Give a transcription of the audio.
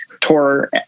tour